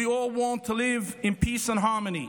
we all want to live in peace and harmony.